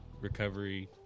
recovery